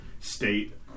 state